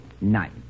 Nine